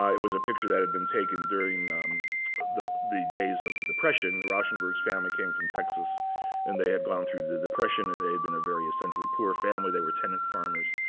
ah it was a picture that had been taken during the the days of the depression. rauschenberg's family came from texas and they had gone through the depression. and they had been a very essentially poor family. they were tenant farmers.